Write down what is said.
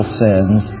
sins